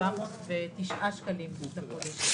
ל-409 שקלים לחודש.